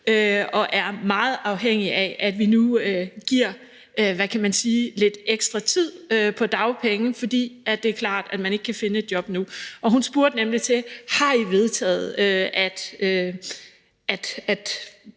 og er meget afhængig af, at vi nu giver lidt ekstra tid på dagpenge, for det er klart, at man ikke kan finde et job nu. Hun spurgte: Har I vedtaget, at